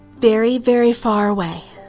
very very far away.